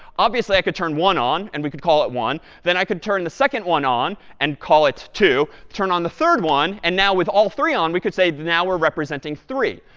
obviously, i could turn one on and we could call it one. then i could turn the second one on and call it two, turn on the third one, and now with all three on, we could say now we're representing three.